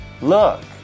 Look